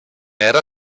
era